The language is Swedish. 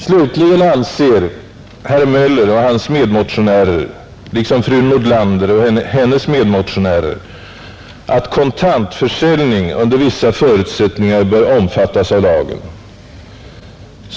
Slutligen anser herr Möller och hans medmotionärer liksom fru Nordlander och hennes medmotionärer att kontantförsäljning under vissa förutsättningar bör omfattas av lagen.